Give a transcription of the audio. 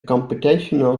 computational